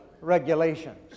regulations